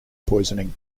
poisoning